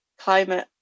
climate